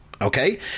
okay